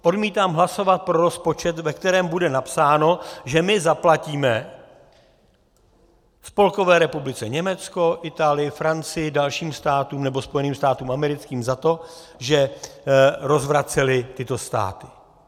Odmítám hlasovat pro rozpočet, ve kterém bude napsáno, že my zaplatíme Spolkové republice Německo, Itálii, Francii, dalším státům, nebo Spojeným státům americkým za to, že rozvracely tyto státy.